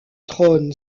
trône